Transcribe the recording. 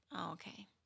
okay